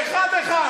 אז אתה לא מתבייש?